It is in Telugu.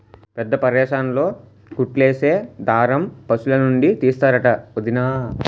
పెద్దాపరేసన్లో కుట్లేసే దారం పశులనుండి తీస్తరంట వొదినా